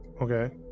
Okay